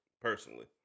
Personally